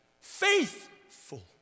Faithful